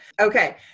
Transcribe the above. Okay